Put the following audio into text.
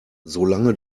solange